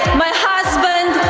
my husband,